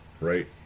right